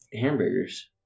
hamburgers